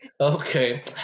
okay